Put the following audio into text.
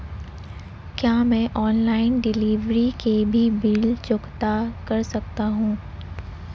क्या मैं online delivery के भी बिल चुकता कर सकता हूँ?